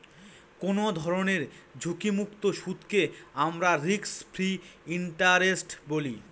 কোনো ধরনের ঝুঁকিমুক্ত সুদকে আমরা রিস্ক ফ্রি ইন্টারেস্ট বলি